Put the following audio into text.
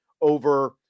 over